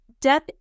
death